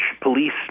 police